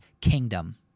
kingdom